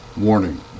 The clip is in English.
Warning